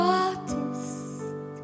artist